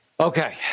Okay